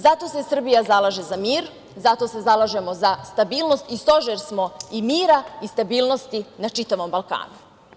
Zato se Srbija zalaže za mir, zato se zalažemo za stabilnost i stožer smo mira i stabilnosti na čitavom Balkanu.